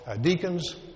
deacons